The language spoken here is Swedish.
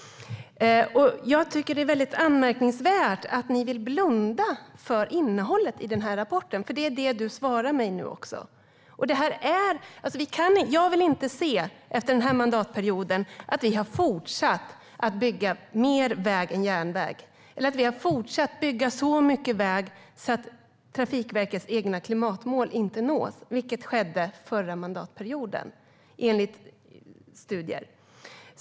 Jag tycker att det är anmärkningsvärt att ni vill blunda för innehållet i rapporten, Anna Johansson, för det är vad du svarar mig. Jag vill inte se att vi efter denna mandatperiod har fortsatt att bygga mer väg än järnväg eller att vi har fortsatt att bygga så mycket väg att Trafikverkets egna klimatmål inte nås, vilket skedde förra mandatperioden enligt studier.